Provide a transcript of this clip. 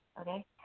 Okay